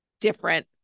different